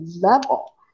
level